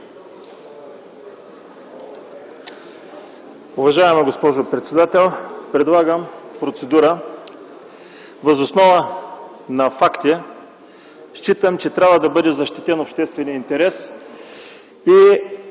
Уважаема госпожо председател, предлагам процедура. Считам, че трябва да бъде защитен обществения интерес и